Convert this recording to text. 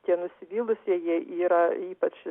tie nusivylusieji yra ypač